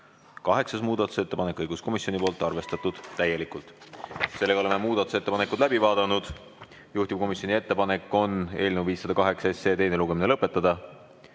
Kaheksas muudatusettepanek, õiguskomisjonilt, arvestatud täielikult. Oleme muudatusettepanekud läbi vaadanud. Juhtivkomisjoni ettepanek on eelnõu 508 teine lugemine lõpetada.